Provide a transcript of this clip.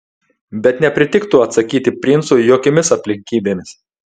bet nepritiktų atsakyti princui jokiomis aplinkybėmis